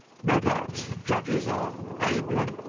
no doubt judges are abler,